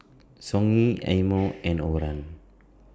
Songhe Eye Mo and Overrun